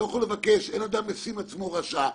אין אדם משים עצמו רשע,